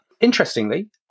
Interestingly